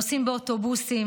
נוסעים באוטובוסים,